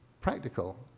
practical